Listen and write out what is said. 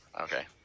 Okay